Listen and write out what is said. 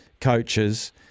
coaches